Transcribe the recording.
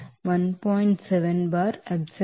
7 bar absolute